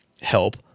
help